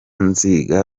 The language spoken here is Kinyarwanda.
nziga